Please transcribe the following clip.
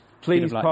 please